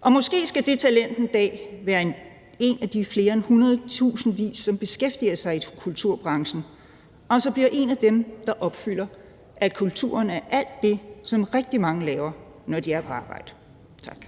og måske skal det talent en dag være en af de flere end hundredetusindvis, som er beskæftiget i kulturbranchen, og som bliver en af dem, der opfylder, at kulturen er alt det, som rigtig mange laver, når de er på arbejde. Tak.